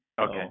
Okay